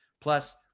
Plus